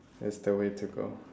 it's the way to go